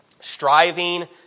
Striving